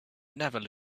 never